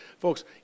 Folks